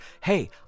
Hey